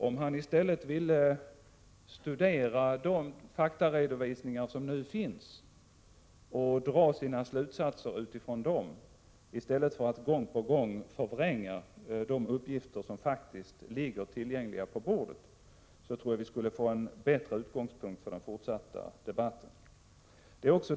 Om han ville studera faktaredovisningarna och dra sina slutsatser av dem i stället för att gång på gång förvränga de uppgifter som finns tillgängliga, skulle utgångspunkten för den fortsatta debatten bli bättre.